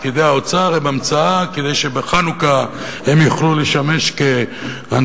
פקידי האוצר הם המצאה כדי שבחנוכה הם יוכלו לשמש כאנטיוכוס,